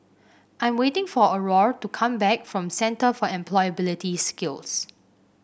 I'm waiting for Aurore to come back from Centre for Employability Skills